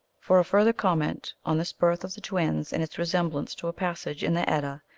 for a further comment on this birth of the twins and its resemblance to a passage in the edda,